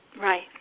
Right